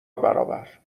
برابر